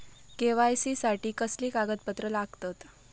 KYC साठी कसली कागदपत्र लागतत?